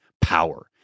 power